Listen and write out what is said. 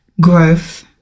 growth